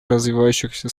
развивающихся